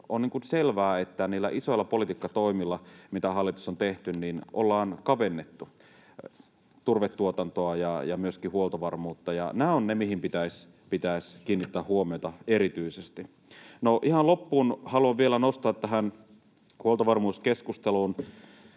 on selvää, että niillä isoilla politiikkatoimilla, mitä hallitus on tehnyt, ollaan kavennettu turvetuotantoa ja myöskin huoltovarmuutta, ja nämä ovat ne, mihin pitäisi kiinnittää huomiota erityisesti. No, ihan loppuun haluan vielä nostaa tähän huoltovarmuuskeskusteluun